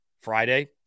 Friday